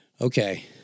okay